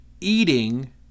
eating